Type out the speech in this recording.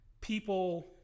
people